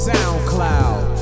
SoundCloud